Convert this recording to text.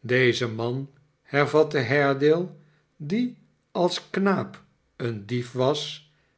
deze man hervatte haredale die als knaap een dief was